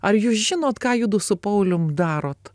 ar jūs žinot ką judu su pauliumi darot